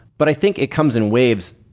but i think it comes in waves.